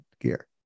gear